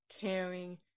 caring